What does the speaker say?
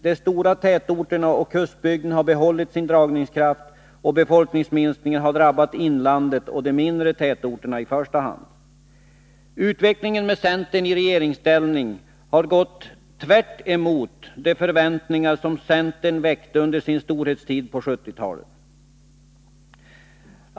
De stora tätorterna och kustbygden har behållit sin dragningskraft, och befolkningsminskningen har drabbat inlandet och de mindre tätorterna i första hand. Utvecklingen med centern i regeringsställning har gått tvärtemot de förväntningar som centern väckte under sin storhetstid på 1970-talet.